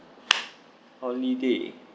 holiday